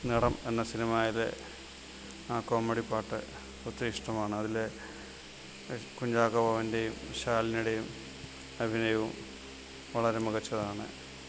നിറം എന്ന സിനിമയിലെ ആ കോമഡി പാട്ട് ഒത്തിരി ഇഷ്ടമാണ് അതില് കുഞ്ചാക്കോ ബോബന്റെയും ശാലിനിയുടെയും അഭിനയവും വളരെ മികച്ചതാണ്